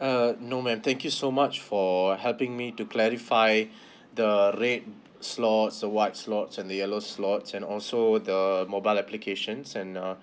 uh no ma'am thank you so much for helping me to clarify the red's lots a white's lots and the yellow's lots and also the mobile applications and uh